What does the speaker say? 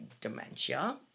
dementia